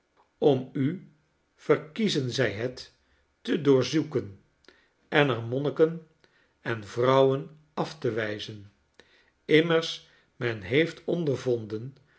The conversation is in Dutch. om u verkiezen zij het te doorzoeken en er monniken en vrouwen af te wijzen immers men heeft ondervonden